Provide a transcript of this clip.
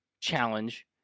challenge